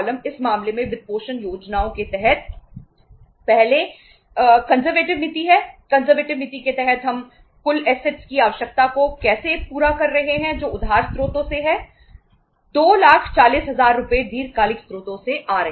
इसलिए कंजरवेटिव की आवश्यकता को कैसे पूरा कर रहे हैं जो उधार स्रोतों से है 240000 रुपये दीर्घकालिक स्रोतों से आ रहे हैं